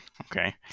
Okay